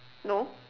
no